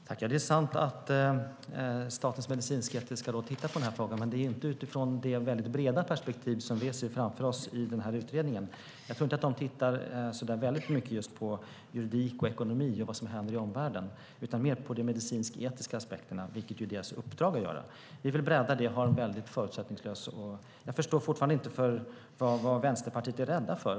Fru talman! Det är sant att Statens medicinsk-etiska råd tittar på frågan. Men det är inte utifrån det mycket breda perspektiv som vi ser framför oss i utredningen. Jag tror inte att de tittar så mycket på juridik och ekonomi och vad som händer i omvärlden utan mer på de medicinsk-etiska aspekterna, vilket ju är deras uppdrag att göra. Vi vill bredda detta och ha en förutsättningslös översyn. Jag förstår fortfarande inte vad ni i Vänsterpartiet är rädda för.